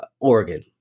Oregon